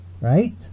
Right